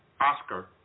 Oscar